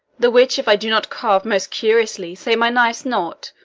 the which if i do not carve most curiously, say my knife's naught.